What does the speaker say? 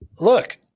look